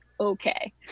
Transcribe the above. okay